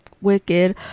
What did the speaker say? wicked